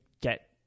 get